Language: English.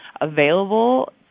available